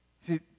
See